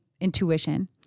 intuition